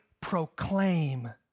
proclaim